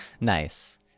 Nice